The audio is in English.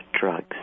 drugs